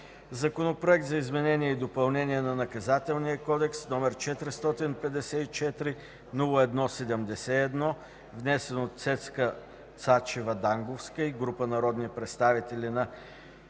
Законопроект за изменение и допълнение на Наказателния кодекс, № 454-01-71, внесен от Цецка Цачева Данговска и група народни представители на